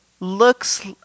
looks